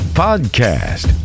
podcast